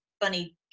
funny